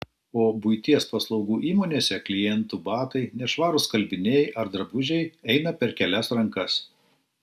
o buities paslaugų įmonėse klientų batai nešvarūs skalbiniai ar drabužiai eina per kelias rankas